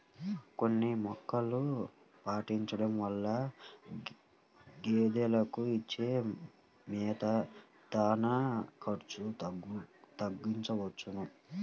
కొన్ని మెలుకువలు పాటించడం వలన గేదెలకు ఇచ్చే మేత, దాణా ఖర్చు తగ్గించుకోవచ్చును